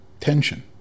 tension